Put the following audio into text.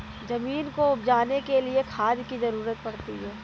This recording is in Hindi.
ज़मीन को उपजाने के लिए खाद की ज़रूरत पड़ती है